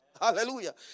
Hallelujah